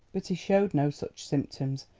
but he showed no such symptoms,